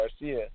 Garcia